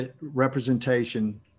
representation